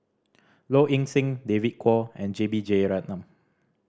Low Ing Sing David Kwo and J B Jeyaretnam